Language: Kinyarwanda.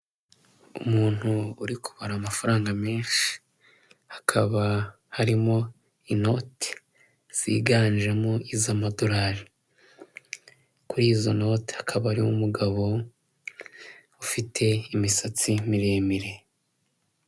Umuntu uri kubara amafaranga menshi hakaba harimo inoti ziganjemo iz'amadolari kuri izo noti hakaba hari umugabo ufite imisatsi miremire.